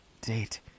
date